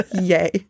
Yay